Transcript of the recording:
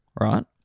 right